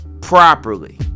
properly